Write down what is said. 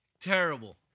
terrible